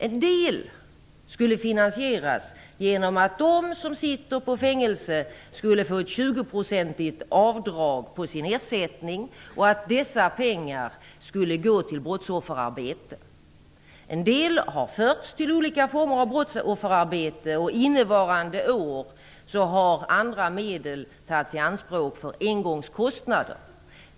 En del skulle finansieras genom att de som sitter i fängelse skulle få 20 % avdrag på sin ersättning och att dessa pengar skulle gå till brottsofferarbete. En del har förts till olika former av brottsofferarbete. Innevarande år har andra medel tagits i anspråk för engångskostnader.